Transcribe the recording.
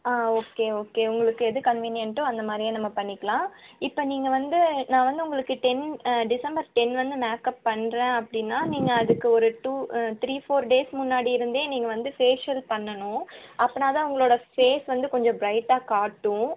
ஆ okay okay உங்களுக்கு எது கன்வீனியன்ட்டோ அந்த மாதிரியே நம்ம பண்ணிக்கலாம் இப்போ நீங்கள் வந்து நான் வந்து உங்களுக்கு டென் டிசம்பர் டென் வந்து மேக்அப் பண்ணுறேன் அப்படின்னா நீங்கள் அதுக்கு ஒரு டூ த்ரீ ஃபோர் டேஸ் முன்னாடி இருந்தே நீங்கள் வந்து ஃபேஷியல் பண்ணணும் அப்பனால் தான் உங்களோட ஃபேஸ் வந்து கொஞ்சம் பிரைட்டாக காட்டும்